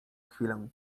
chwilę